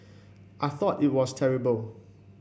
I thought it was terrible